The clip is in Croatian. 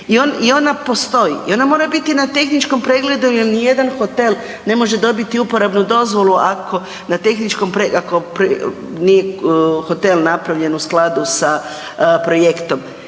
I ona postoji i ona mora biti na tehničkim pregledu jer ni jedan hotel ne može dobiti uporabnu dozvolu ako na tehničkom, ako hotel nije napravljen u skladu sa projektom.